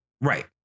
right